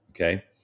Okay